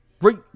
Right